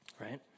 right